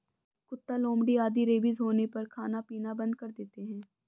कुत्ता, लोमड़ी आदि रेबीज होने पर खाना पीना बंद कर देते हैं